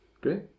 Great